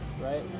right